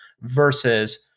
versus